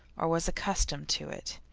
or was accustomed to it.